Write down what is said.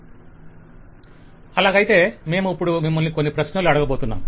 vendor అలాగైతే మేము ఇప్పుడు మిమ్మల్ని కొన్ని ప్రశ్నలు అడగబోతున్నాం